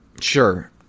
Sure